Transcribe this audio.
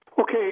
Okay